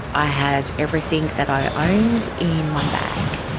i had everything that i owned in one bag.